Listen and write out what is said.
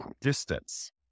distance